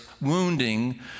wounding